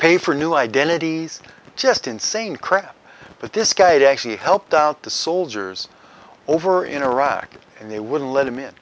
pay for a new identities just insane crap but this guy had actually helped out the soldiers over in iraq and they wouldn't let him in